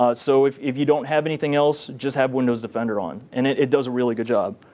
ah so if if you don't have anything else, just have windows defender on. and it does a really good job.